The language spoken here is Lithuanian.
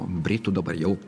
britų dabar jau